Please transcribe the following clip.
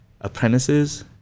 apprentices